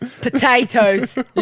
potatoes